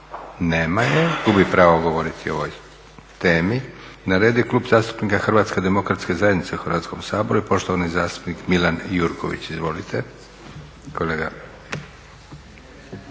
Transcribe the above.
Nema je, gubi pravo govoriti o ovoj temi. Na redu je Klub zastupnika HDZ-a u Hrvatskom saboru i poštovani zastupnik Milan Jurković. Izvolite.